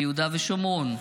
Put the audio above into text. ביהודה ושומרון,